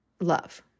love